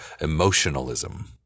emotionalism